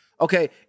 Okay